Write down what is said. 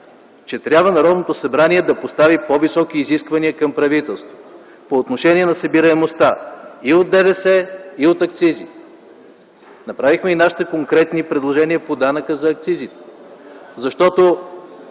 че затова Народното събрание трябва да постави по-високи изисквания към правителството по отношение на събираемостта от ДДС и акцизи. Направихме нашите конкретни предложения и по данъка за акцизите, защото,